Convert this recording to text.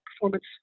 performance